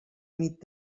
nit